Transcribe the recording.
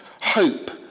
hope